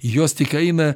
jos tik eina